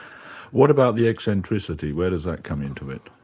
what about the eccentricity, where does that come into it?